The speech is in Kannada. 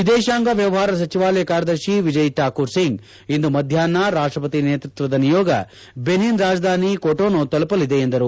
ವಿದೇಶಾಂಗ ವ್ಲವಹಾರ ಸಚಿವಾಲಯ ಕಾರ್ಯದರ್ಶಿ ವಿಜಯ್ ಶಾಕೂರ್ ಸಿಂಗ್ ಇಂದು ಮಧ್ಯಾಪ್ನ ರಾಷ್ಟಪತಿ ನೇತೃತ್ವದ ನಿಯೋಗ ಬೆನಿನ್ ರಾಜಧಾನಿ ಕೊಟೊನು ತಲುಪಲಿದೆ ಎಂದರು